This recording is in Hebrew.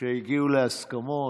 שהגיעו להסכמות.